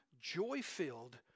joy-filled